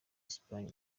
espagne